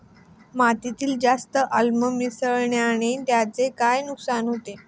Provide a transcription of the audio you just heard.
मातीत जास्त आम्ल मिसळण्याने त्याचे काय नुकसान होते?